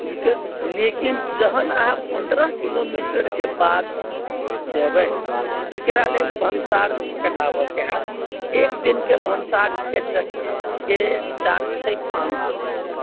लेकिन जहन अहाँ पन्द्रह किलोमीटरके बाद जेबै तेकरा लेल भन्सार कटाबऽके हाएत एक दिनके भन्सारके चार्ज छै पाँच सए रुपैआ